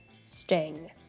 sting